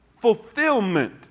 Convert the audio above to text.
Fulfillment